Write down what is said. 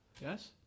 Yes